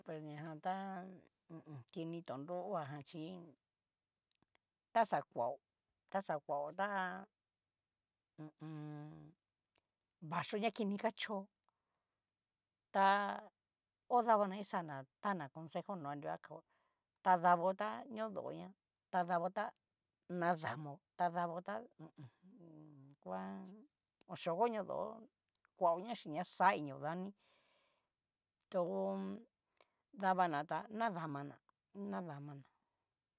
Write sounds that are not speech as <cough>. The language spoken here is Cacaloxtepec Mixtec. Pues ña jan ta hu u un. kini tonro hoajan xhí, taxa kuao, taxa kuao, tá hu u un. vaxhio ña kini ka chó ta <hesitation> odavana kixana tana consejo nó, nrua kao tadabo ta nodoña ta dabo ta nadamo ta dabo ta hu u un. kua oyeo konodo kuaoña xhin ña xa inio dani to dabana ta nadamana, nadaman.